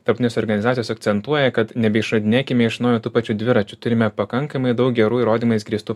tarptautinės organizacijos akcentuoja kad nebeišradinėkime iš naujo tų pačių dviračių turime pakankamai daug gerų įrodymais grįstų